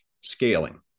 scaling